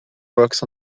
works